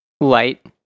light